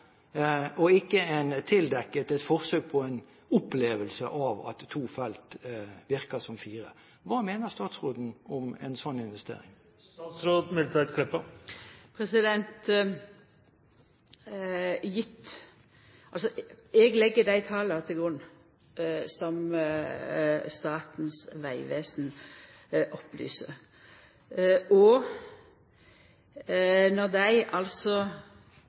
– ikke et forsøk på en opplevelse av at to felt virker som fire. Hva mener statsråden om en sånn investering? Eg legg dei same tala til grunn som Statens vegvesen opplyser om. Når